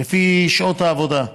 לפי שעות העבודה.